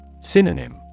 Synonym